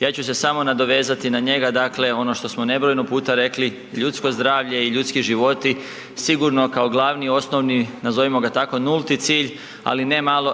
ja ću se samo nadovezati na njega. Dakle, ono što smo nebrojeno puta rekli ljudsko zdravlje i ljudski životi sigurno kao glavni i osnovni nazovimo ga tako nulti cilj, ali